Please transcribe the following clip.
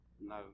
No